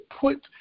put